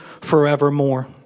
forevermore